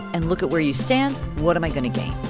and look at where you stand. what am i going to gain?